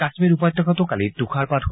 কাশ্মীৰ উপত্যকাতো কালি তৃষাৰপাত হয়